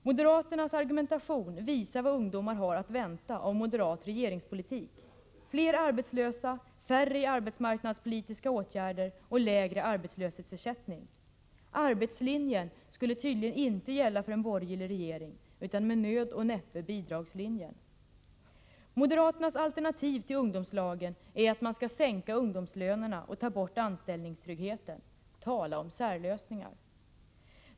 Moderaternas argumentation visar vad ungdomar har att vänta av moderat regeringspolitik: fler arbetslösa, färre i arbetsmarknadspolitiska åtgärder och lägre arbetslöshetsersättning. Arbetslinjen skulle tydligen inte gälla för en borgerlig regering, utan med nöd och näppe bidragslinjen. Moderaternas alternativ till ungdomslagen är att man skall sänka ungdomslönerna och ta bort anställningstryggheten. Tala om särlösningar!